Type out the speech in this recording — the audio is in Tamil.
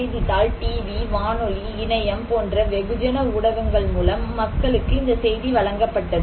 செய்தித்தாள் டிவி வானொலி இணையம் போன்ற வெகுஜன ஊடகங்கள் மூலம் மக்களுக்கு இந்த செய்தி வழங்கப்பட்டது